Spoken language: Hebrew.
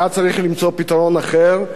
היה צריך למצוא פתרון אחר,